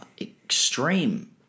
extreme